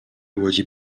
łodzi